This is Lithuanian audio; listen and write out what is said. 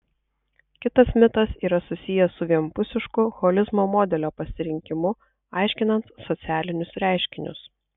kitas mitas yra susijęs su vienpusišku holizmo modelio pasirinkimu aiškinant socialinius reiškinius